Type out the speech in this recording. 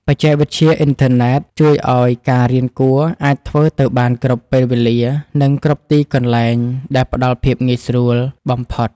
បច្ចេកវិទ្យាអ៊ីនធឺណិតជួយឱ្យការរៀនគួរអាចធ្វើទៅបានគ្រប់ពេលវេលានិងគ្រប់ទីកន្លែងដែលផ្តល់ភាពងាយស្រួលបំផុត។